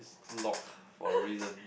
is locked for a reason